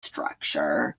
structure